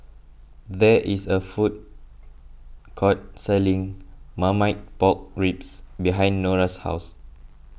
there is a food court selling Marmite Pork Ribs behind Nora's house